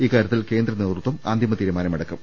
ഇക്കാര്യത്തിൽ കേന്ദ്ര നേതൃത്വം അന്തിമ തീരുമാനമെടുക്കും